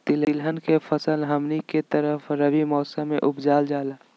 तिलहन फसल हमनी के तरफ रबी मौसम में उपजाल जाला